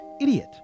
idiot